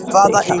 Father